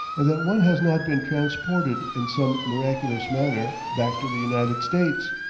and that one has not been transported in some miraculous manner back to the united states.